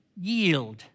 Yield